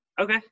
Okay